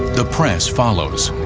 the press follows.